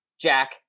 Jack